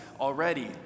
already